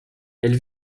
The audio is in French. elle